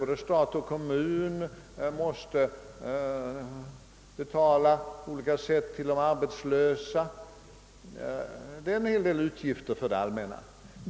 Både stat och kommun måste på olika sätt stödja de arbetslösa som förorsakar en hel del utgifter för det allmänna.